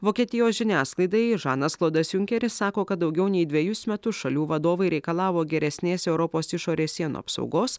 vokietijos žiniasklaidai žanas klodas junkeris sako kad daugiau nei dvejus metus šalių vadovai reikalavo geresnės europos išorės sienų apsaugos